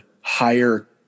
higher